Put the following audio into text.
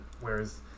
whereas